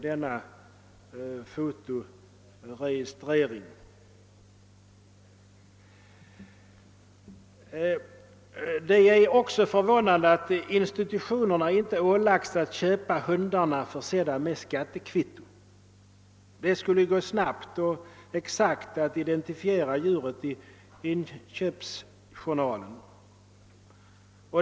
Det är också förvånande att institutionerna inte har ålagts att köpa endast hundar med skattekvitto. Då skulle det gå snabbt och exakt att identifiera djuren i inköpsjournalen.